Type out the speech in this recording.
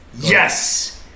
Yes